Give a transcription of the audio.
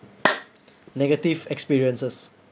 negative experiences